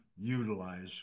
utilize